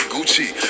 Gucci